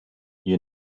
you